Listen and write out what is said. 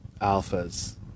alphas